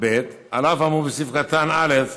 "(ב) על אף האמור בסעיף קטן (א),